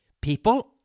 people